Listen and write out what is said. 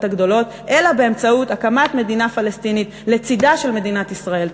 הגדולות אלא באמצעות הקמת מדינה פלסטינית לצדה של מדינת ישראל.